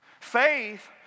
Faith